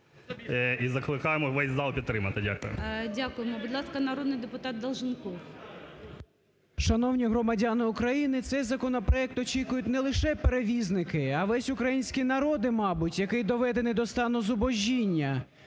і закликаємо весь зал підтримати. Дякую. ГОЛОВУЮЧИЙ. Дякуємо. Будь ласка, народний депутат Долженков. 17:35:57 ДОЛЖЕНКОВ О.В. Шановний громадяни України! Цей законопроект очікують не лише перевізники, а й весь український народ, мабуть, який доведений до стану зубожіння.